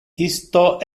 isto